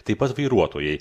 taip pat vairuotojai